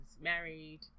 married